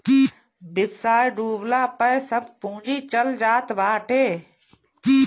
व्यवसाय डूबला पअ सब पूंजी चल जात बाटे